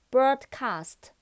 Broadcast